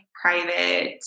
private